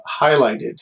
highlighted